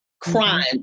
crime